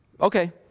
okay